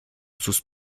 sus